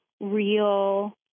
real